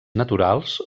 naturals